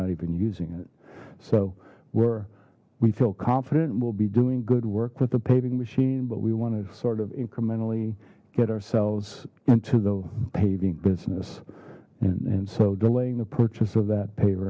not even using it so we're we feel confident and we'll be doing good work with the paving machine but we want to sort of incrementally get ourselves into the paving business and so delaying the purchase of that paver